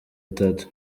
atatu